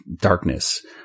darkness